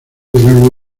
tuvieron